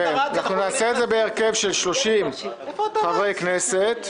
נעשה את זה בהרכב של שלושים חברי כנסת.